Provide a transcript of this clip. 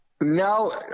no